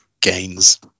gains